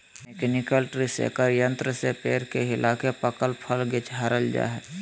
mechanical tree shaker यंत्र से पेड़ के हिलाके पकल फल झारल जा हय